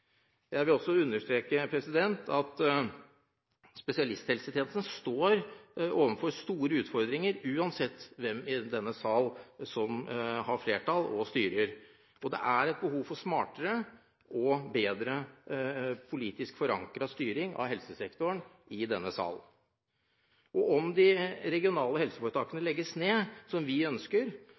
Jeg vil også understreke at spesialisthelsetjenesten står overfor store utfordringer uansett hvem i denne sal som har flertall, og som styrer. Det er behov for en smartere og bedre politisk forankret styring av helsesektoren i denne sal. Om de regionale helseforetakene legges ned, som vi ønsker, eller om det byråkratiet opprettholdes, som representanten Helseth og hans parti ønsker,